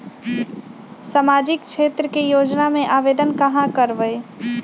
सामाजिक क्षेत्र के योजना में आवेदन कहाँ करवे?